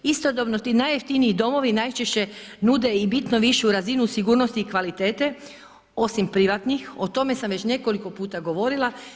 Istodobno ti najjeftiniji domovi najčešće nude i bitno višu razinu sigurnosti i kvalitete osim privatnih, o tome sam već nekoliko puta govorila.